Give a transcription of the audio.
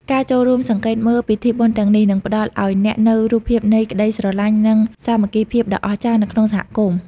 ការចូលរួមសង្កេតមើលពិធីបុណ្យទាំងនេះ នឹងផ្តល់ឱ្យអ្នកនូវរូបភាពនៃក្តីស្រឡាញ់ និងសាមគ្គីភាពដ៏អស្ចារ្យនៅក្នុងសហគមន៍។